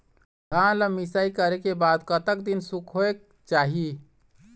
धान ला मिसाई करे के बाद कतक दिन सुखायेक चाही?